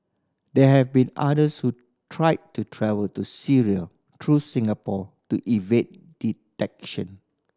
there have been others who tried to travel to Syria through Singapore to evade detection